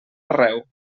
arreu